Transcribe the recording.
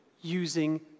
using